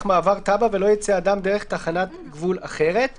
מעבר טאבה ולא ייצא אדם דרך תחנת גבול אחרת";